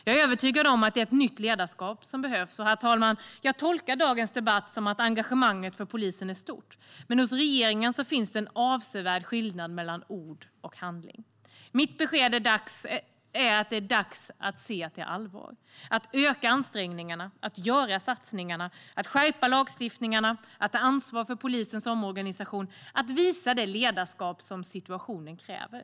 Jag är övertygad om att det är ett nytt ledarskap som behövs. Herr talman! Jag tolkar dagens debatt som att engagemanget för polisen är stort. Men hos regeringen finns det en avsevärd skillnad mellan ord och handling. Mitt besked är att det är dags att se att det är allvar, att öka ansträngningarna, att göra satsningarna, att skärpa lagstiftningarna, att ta ansvar för polisens omorganisation och att visa det ledarskap som situationen kräver.